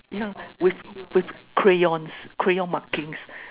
yeah with with crayons crayons markings